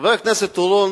חבר הכנסת אורון